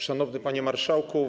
Szanowny Panie Marszałku!